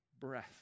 breath